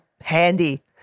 handy